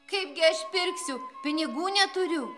kaipgi aš pirksiu pinigų neturiu